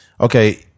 okay